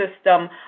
system